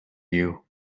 you